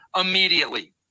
immediately